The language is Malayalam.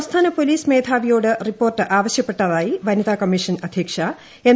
സംസ്ഥാന പോലീസ് മേധാവിയോട് റിപ്പോർട്ട് ആവശ്യപ്പെട്ടതായി വനിതാ കമ്മിഷൻ അധ്യക്ഷ എം